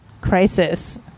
crisis